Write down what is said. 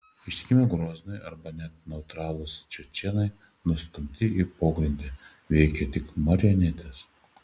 ištikimi groznui arba net neutralūs čečėnai nustumti į pogrindį veikia tik marionetės